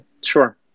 sure